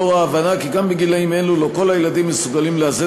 לאור ההבנה שגם בגילים אלו לא כל הילדים מסוגלים לאזן